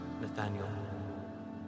Nathaniel